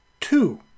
Two